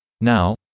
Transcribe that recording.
Now